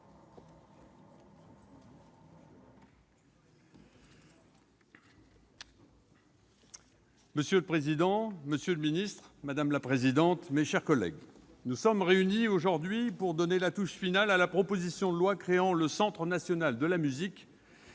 Monsieur le président, monsieur le ministre, mes chers collègues, nous sommes réunis aujourd'hui pour donner la touche finale à la proposition de loi créant le Centre national de la musique,